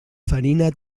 farina